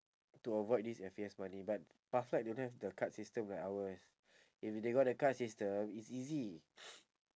to avoid this F_A_S money but pathlight don't have the card system like ours if they got the card system it's easy